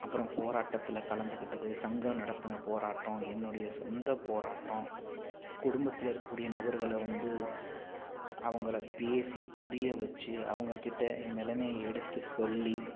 அப்புறம் போராட்டத்தில் கலந்துக்கிட்டது சங்கம் நடத்தின போராட்டம் என்னுடைய சொந்த போராட்டம் குடும்பத்தில் இருக்கக்கூடிய நபர்களை வந்து அவங்கள பேசி புரிய வச்சு அவங்கக்கிட்ட என் நிலைமைய எடுத்து சொல்லி